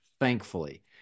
thankfully